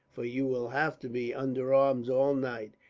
for you will have to be under arms all night,